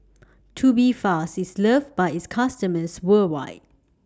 Tubifast IS loved By its customers worldwide